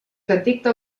detecta